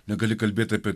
negali kalbėt apie